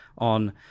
on